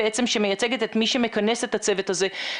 שמייצגת את מי שמכנס את הצוות הזה,